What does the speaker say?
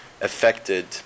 affected